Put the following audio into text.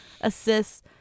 assists